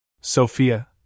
Sophia